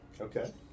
Okay